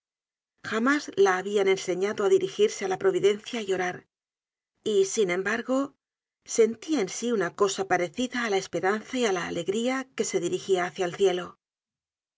jamás la habian enseñado ádirigirse á la providencia y orar sin embargo sentia en sí una cosa parecida á la esperanza y á la alegría y que se dirigia hácia el cielo